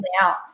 out